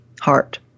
Heart